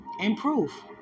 improve